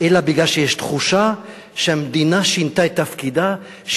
אלא כי יש תחושה שהמדינה שינתה את תפקידה,